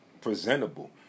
presentable